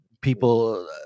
People